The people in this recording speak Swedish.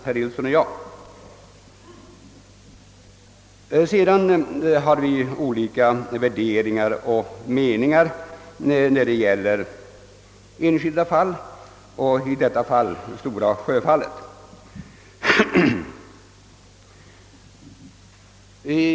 Sedan är det klart att vi kan ha olika värderingar och meningar när det gäller enskilda fall — i detta fall Stora Sjöfallet.